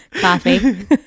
Coffee